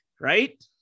right